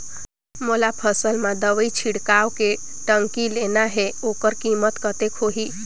मोला फसल मां दवाई छिड़काव के टंकी लेना हे ओकर कीमत कतेक होही?